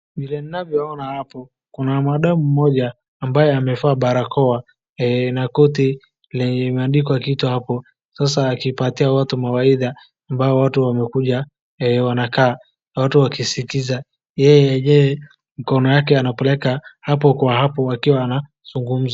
Vile ninavyoona hapo kuna madamu mmoja ambaye amevaa barakoa na koti lenye imeandikwa kitu hapo, sasa akipatia watu mawaidha ambayo watu wamekuja wanakaa, watu wakiskiza yeye mkono yake anapeleka hapo kwa hapo akiwa anazungumza.